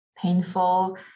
painful